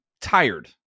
tired